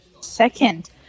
second